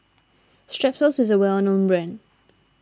Strepsils is a well known brand